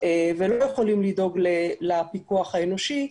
ולא יכולים לדאוג לפיקוח האנושי,